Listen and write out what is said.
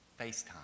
FaceTime